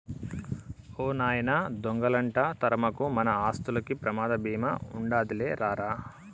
ఓ నాయనా దొంగలంట తరమకు, మన ఆస్తులకి ప్రమాద బీమా ఉండాదిలే రా రా